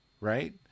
right